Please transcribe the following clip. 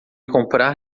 comprar